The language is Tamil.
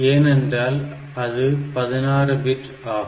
ஏன்என்றால் அது 16 பிட் ஆகும்